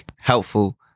helpful